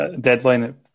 Deadline